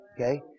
Okay